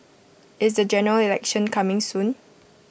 is the General Election coming soon